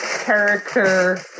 character